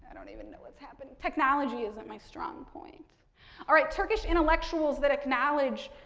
and don't even know what's happening. technology isn't my strong point all right, turkish intellectuals that acknowledge